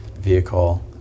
vehicle